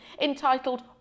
entitled